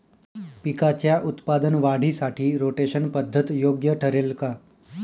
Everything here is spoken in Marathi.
पिकाच्या उत्पादन वाढीसाठी रोटेशन पद्धत योग्य ठरेल का?